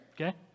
Okay